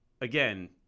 again